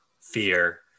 fear